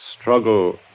struggle